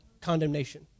condemnation